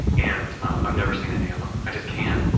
and i'm never seen any of them. i just can't.